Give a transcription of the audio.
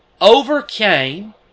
overcame